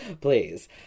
please